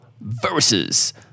versus